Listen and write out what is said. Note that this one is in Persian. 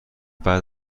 بعد